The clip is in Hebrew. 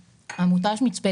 אמונות,